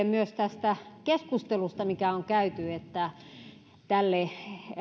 myös tästä keskustelusta mikä on käyty voi panna merkille että tälle